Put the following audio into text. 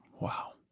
Wow